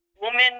woman